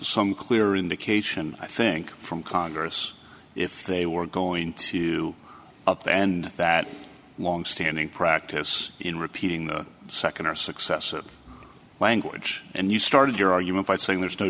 some clear indication i think from congress if they were going to up and that longstanding practice in repeating the nd are successive language and you started your argument by saying there's no